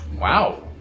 Wow